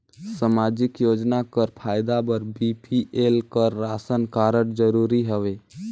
समाजिक योजना कर फायदा बर बी.पी.एल कर राशन कारड जरूरी हवे?